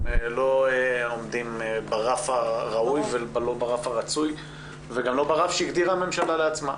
לא עומדים ברף הראוי ולא ברף הרצוי וגם לא ברף שהגדירה הממשלה לעצמה.